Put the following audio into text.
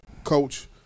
Coach